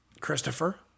Christopher